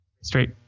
straight